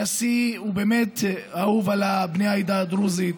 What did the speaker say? הנשיא באמת אהוב על בני העדה דרוזית.